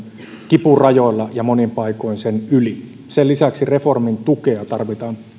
kipurajoilla ja monin paikoin sen yli sen lisäksi reformin tukea tarvitaan